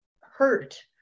hurt